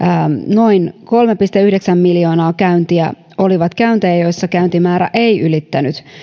noin kolme pilkku yhdeksän miljoonaa käyntiä oli käyntejä joissa käyntimäärä ei ylittänyt